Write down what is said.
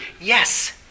Yes